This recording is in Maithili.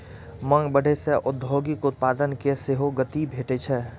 मांग बढ़ै सं औद्योगिक उत्पादन कें सेहो गति भेटै छै